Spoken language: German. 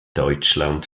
deutschland